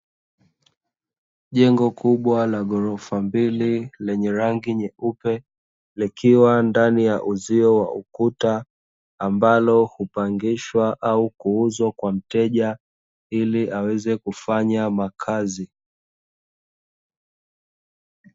Jengo kubwa la ghorofa mbili lenye rangi nyeupe, likiwa ndani ya uzio wa ukuta ambalo hupangishwa au kuuzwa kwa mteja ili aweze kufanya makazi.